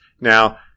Now